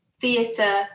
theatre